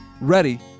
ready